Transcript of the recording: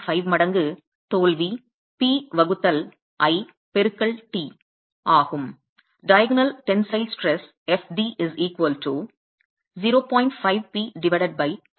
5 மடங்கு தோல்வி P வகுத்தல் l பெருக்கல் t ஆகும்